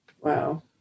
Wow